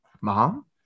Mom